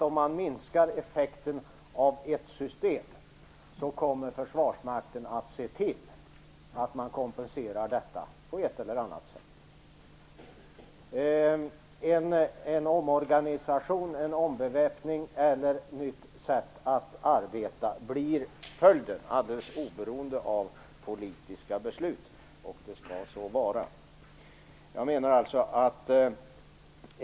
Om man minskar effekten av ett system kommer Försvarsmakten att se till att man kompenserar detta på ett eller annat sätt. En omorganisation, en ombeväpning eller ett nytt sätt att arbeta blir följden alldeles oberoende av politiska beslut, och det skall så vara.